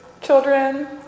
children